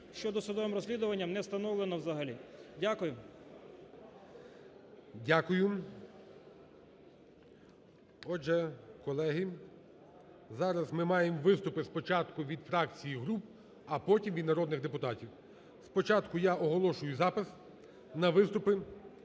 що досудовим розслідуванням не встановлено взагалі. Дякую. ГОЛОВУЮЧИЙ. Дякую. Отже, колеги, зараз ми маємо виступи спочатку від фракцій і груп, а потім від народних депутатів. Спочатку я оголошую запис на виступи